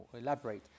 Elaborate